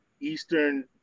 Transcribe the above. eastern –